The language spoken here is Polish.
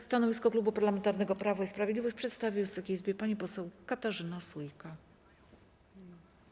Stanowisko Klubu Parlamentarnego Prawo i Sprawiedliwość przedstawi Wysokiej Izbie pani poseł Katarzyna Sójka.